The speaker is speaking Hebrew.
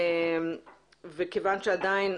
וכיוון שעדיין,